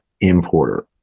importer